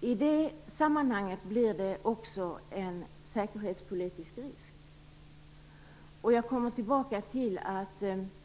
I det sammanhanget blir det också en säkerhetspolitisk risk.